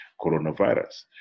coronavirus